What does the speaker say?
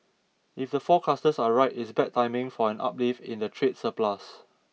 if the forecasters are right it's bad timing for an uplift in the trade surplus